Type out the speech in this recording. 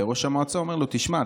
וראש המועצה אומר לו: תשמע,